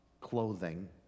clothing